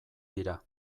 dira